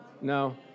No